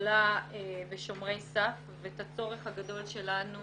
הגדולה של שומרי הסף ואת הצורך הגדול שלנו